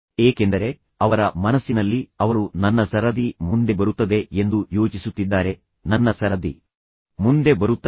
ಏಕೆಂದರೆ ಅವರ ಮನಸ್ಸಿನಲ್ಲಿ ಅವರು ನನ್ನ ಸರದಿ ಮುಂದೆ ಬರುತ್ತದೆ ಎಂದು ಯೋಚಿಸುತ್ತಿದ್ದಾರೆ ನನ್ನ ಸರದಿ ಮುಂದೆ ಬರುತ್ತದೆ